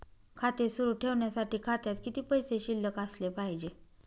खाते सुरु ठेवण्यासाठी खात्यात किती पैसे शिल्लक असले पाहिजे?